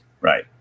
Right